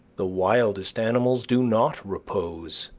the wildest animals do not repose,